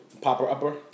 popper-upper